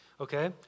okay